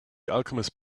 alchemist